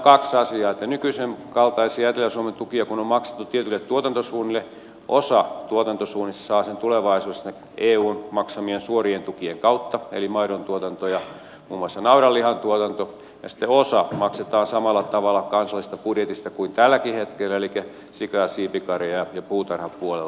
kun nykyisen kaltaisia etelä suomen tukia on maksettu tietyille tuotantosuunnille osa tuotantosuunnista saa ne tulevaisuudessa eun maksamien suorien tukien kautta eli maidontuotanto ja muun muassa naudanlihantuotanto ja sitten osa maksetaan samalla tavalla kansallisesta budjetista kuin tälläkin hetkellä elikkä sika ja siipikarja ja puutarhapuolella